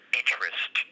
interest